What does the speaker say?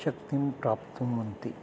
शक्तिं प्राप्तम्मन्ति